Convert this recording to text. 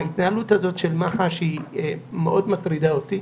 ההתנהלות הזאת של מח"ש מאוד מטרידה אותי.